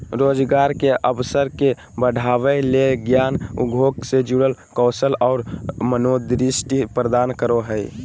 रोजगार के अवसर के बढ़ावय ले ज्ञान उद्योग से जुड़ल कौशल और मनोदृष्टि प्रदान करो हइ